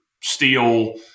steel